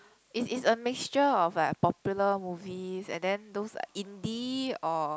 it is a mixture of like a popular movie and then those like Indie or